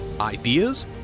Ideas